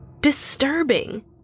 Disturbing